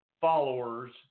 followers